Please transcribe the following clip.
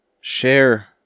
Share